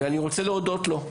ואני רוצה להודות לו.